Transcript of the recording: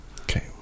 Okay